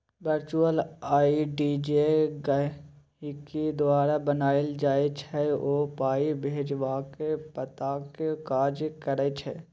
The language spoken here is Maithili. बर्चुअल आइ.डी जे गहिंकी द्वारा बनाएल जाइ छै ओ पाइ भेजबाक पताक काज करै छै